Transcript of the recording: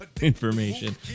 information